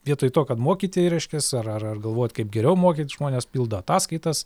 vietoj to kad mokyti reiškias ar ar galvot kaip geriau mokyt žmonės pildo ataskaitas